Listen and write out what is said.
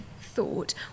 thought